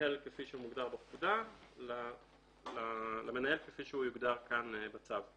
המנהל כפי שהוא מוגדר בפקודה למנהל כפי שהוא יוגדר כאן בצו.